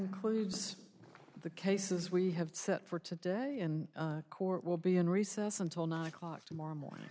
concludes the cases we have set for today in court we'll be in recess until nine o'clock tomorrow morning